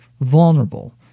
vulnerable